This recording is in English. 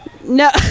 No